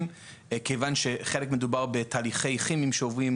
כיוון שחלק מדובר בתהליכים כימיים שעוברים,